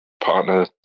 partner